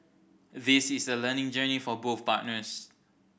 this is a learning journey for both partners